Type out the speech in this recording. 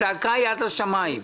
אני